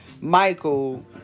Michael